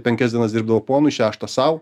penkias dienas dirbdavo ponui šeštą sau